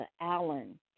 Allen